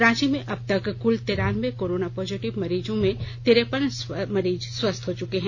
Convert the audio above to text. रांची में अब तक कल तिरानवे कोरोना पॉजिटिव मरीजों में तिरपन मरीज स्वस्थ्य हो चुके हैं